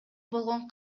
болгон